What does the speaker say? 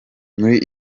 muri